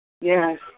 Yes